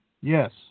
Yes